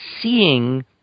seeing